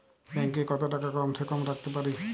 Bank এ কত টাকা কম সে কম রাখতে পারি?